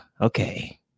okay